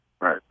Right